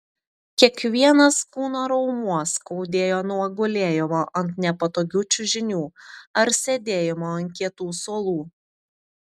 kiekvienas kūno raumuo skaudėjo nuo gulėjimo ant nepatogių čiužinių ar sėdėjimo ant kietų suolų